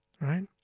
right